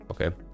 okay